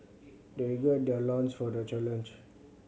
they gird their loins for the challenge